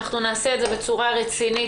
אנחנו נעשה את זה בצורה רצינית,